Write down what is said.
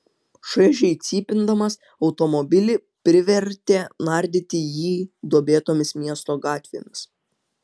šaižiai cypindamas automobilį privertė nardyti jį duobėtomis miesto gatvėmis